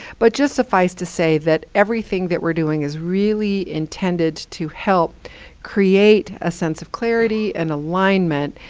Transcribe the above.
but just suffice to say that everything that we're doing is really intended to help create a sense of clarity and alignment,